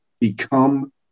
become